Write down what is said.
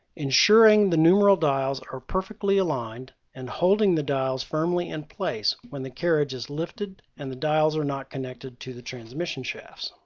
ensuring the numeral dials are perfectly aligned and holding the dials firmly in place when the carriage is lifted and the dials are not connected to the transmission shafts.